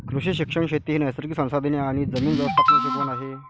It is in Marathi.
कृषी शिक्षण शेती ही नैसर्गिक संसाधने आणि जमीन व्यवस्थापनाची शिकवण आहे